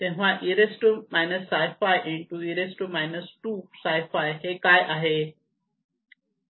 तेव्हा A e imφ A e 2nimφ हे काय आहे